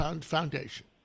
Foundation